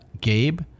gabe